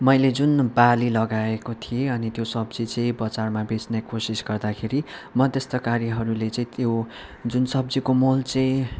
मैले जुन बाली लगाएको थिएँ अनि त्यो सब्जी चाहिँ बजारमा बेच्ने कोसिस गर्दाखेरि मध्यस्तकारीहरूले चाहिँ त्यो जुन सब्जीको मोल चाहिँ